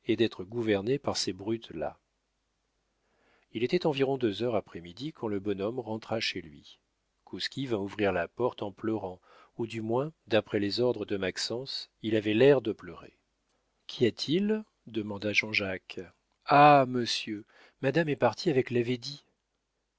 d'être gouvernés par ces brutes là il était environ deux heures après midi quand le bonhomme rentra chez lui kouski vint ouvrir la porte en pleurant ou du moins d'après les ordres de maxence il avait l'air de pleurer qu'y a-t-il demanda jean-jacques ah monsieur madame est partie avec la védie